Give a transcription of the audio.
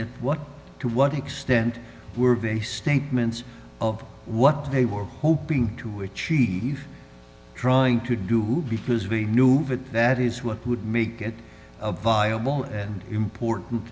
in what to what extent were very statements of what they were hoping to achieve trying to do because we knew that that is what would make it a viable and important